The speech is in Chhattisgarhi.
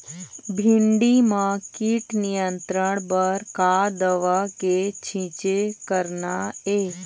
भिंडी म कीट नियंत्रण बर का दवा के छींचे करना ये?